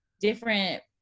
different